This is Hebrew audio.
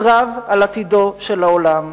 קרב על עתידו של העולם.